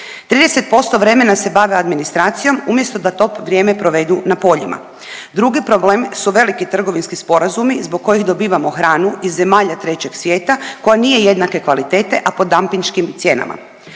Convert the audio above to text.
30% vremena se bave administracijom umjesto da to vrijeme provedu na poljima. Drugi problem su veliki trgovinski sporazumi zbog kojih dobivamo hranu iz zemalja trećeg svijeta koja nije jednake kvalitete, a po dampinškim cijenama.